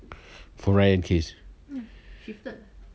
for brian case